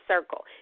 circle